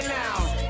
now